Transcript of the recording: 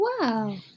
Wow